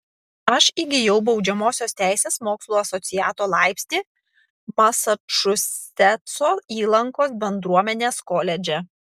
aš įgijau baudžiamosios teisės mokslų asociato laipsnį masačusetso įlankos bendruomenės koledže